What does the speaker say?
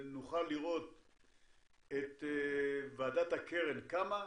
נוכל לראות את ועדת הקרן קמה,